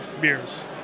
beers